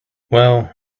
well